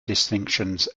distinctions